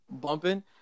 bumping